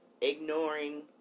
ignoring